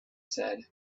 said